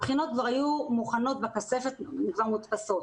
הבחינות היו מוכנות בכספת ומודפסות.